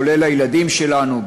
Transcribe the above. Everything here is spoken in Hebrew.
כולל הילדים שלנו,